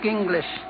English